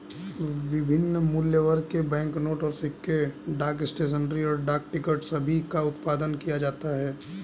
विभिन्न मूल्यवर्ग के बैंकनोट और सिक्के, डाक स्टेशनरी, और डाक टिकट सभी का उत्पादन किया जाता है